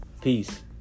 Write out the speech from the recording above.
Peace